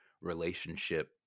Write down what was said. relationship